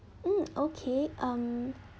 mm okay um